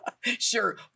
sure